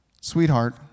Sweetheart